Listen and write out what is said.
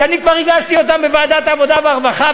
כשאני כבר הגשתי אותן בוועדת העבודה והרווחה,